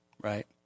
right